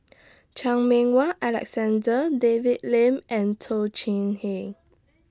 Chan Meng Wah Alexander David Lim and Toh Chin Hey